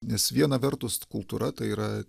nes viena vertus kultūra tai yra